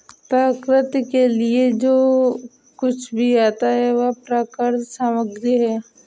प्रकृति के लिए जो कुछ भी आता है वह प्राकृतिक सामग्री है